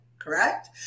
correct